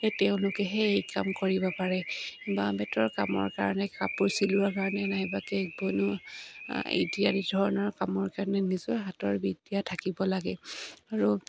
সেই তেওঁলোকেহে এই কাম কৰিব পাৰে বাাঁহ বেতৰ কামৰ কাৰণে কাপোৰ চিলোৱাৰ কাৰণে নাইবা কেক বনোৱা ইত্যদি ধৰণৰ কামৰ কাৰণে নিজৰ হাতৰ বিদ্যা থাকিব লাগে আৰু